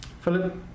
Philip